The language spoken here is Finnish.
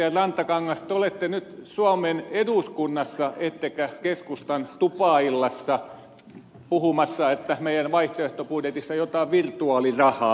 rantakangas te olette nyt suomen eduskunnassa ettekä keskustan tupaillassa puhumassa että meidän vaihtoehtobudjetissa on jotain virtuaalirahaa